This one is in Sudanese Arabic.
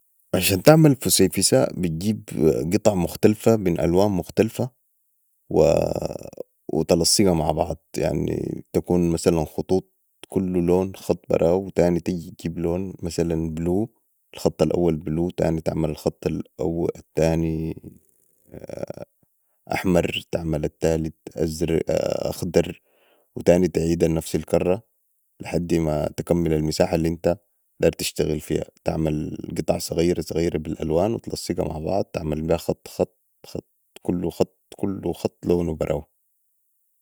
عشان تعمل فسيفساء بتجيب قطع مختلفة من الوان مختلفه وتلصقا مع بعض يعني تكون مثلا خطوط كل لون خط براهو وتاني تجي تجيب لون مثلا blue الخط الأول blue وتاني تجي تعمل الخط التاني أحمر الثالت اخضر وتاني تعيد نفس الكرة لحدي ما تكمل المساحه الانت داير تشتغل فيها تعمل قطع صغيره صغيره بي الألوان وتلصقا مع بعض تعمل بيها خط خط كل خط لونو براهو